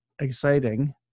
exciting